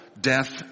death